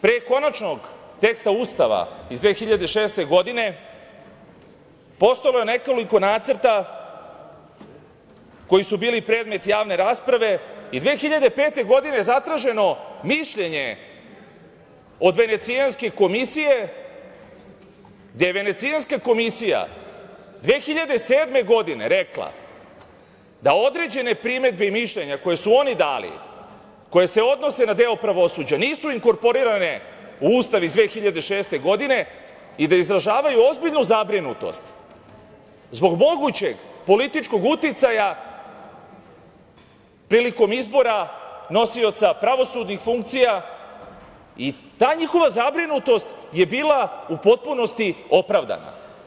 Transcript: Pre konačnog teksta Ustava iz 2006. godine postojalo je nekoliko nacrta koji su bili predmet javne rasprave i 2005. godine zatraženo je mišljenje od Venecijanske komisije, gde je Venecijanska komisija 2007. godine rekla da određene primedbe i mišljenja koja su oni dali, koje se odnose na deo pravosuđa, nisu inkorporirane u Ustav iz 2006. godine i da izražavaju ozbiljnu zabrinutost zbog mogućeg političkog uticaja prilikom izbora nosioca pravosudnih funkcija i ta njihova zabrinutost je bila u potpunosti opravdana.